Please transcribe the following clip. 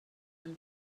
them